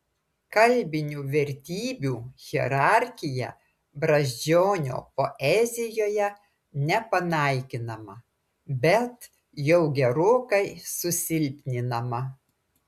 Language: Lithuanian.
kalbinių vertybių hierarchija brazdžionio poezijoje nepanaikinama bet jau gerokai susilpninama